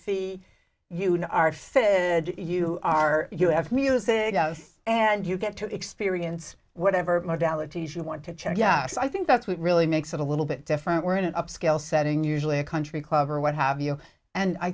fee you are fit you are you have music and you get to experience whatever modalities you want to check yeah so i think that's what really makes it a little bit different we're in an upscale setting usually a country club or what have you and i